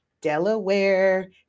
Delaware